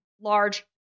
large